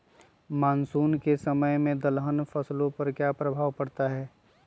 Monsoon के समय में दलहन फसलो पर क्या प्रभाव पड़ता हैँ?